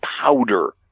powder